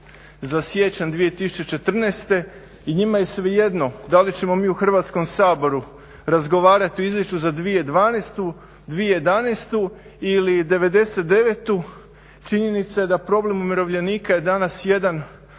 za siječanj 2014. i njima je svejedno da li ćemo mi u Hrvatskom saboru razgovarati o Izvješću za 2012., 2011. ili '99.-tu. Činjenica je da problem umirovljenika je danas jedan